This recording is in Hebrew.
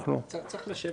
צריך לשבת.